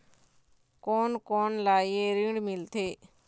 कोन कोन ला ये ऋण मिलथे?